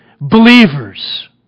believers